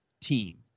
team